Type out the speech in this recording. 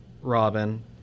Robin